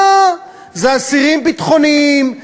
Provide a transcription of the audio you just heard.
לא, זה אסירים ביטחוניים.